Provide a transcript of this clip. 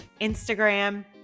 Instagram